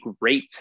great